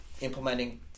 implementing